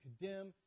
condemn